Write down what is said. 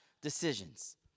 decisions